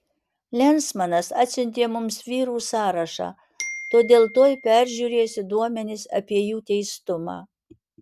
lensmanas atsiuntė mums vyrų sąrašą todėl tuoj peržiūrėsiu duomenis apie jų teistumą